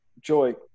Joy